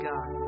God